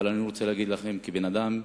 אבל אני רוצה להגיד לכם, כבן-אדם,